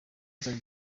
ibyiza